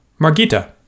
Margita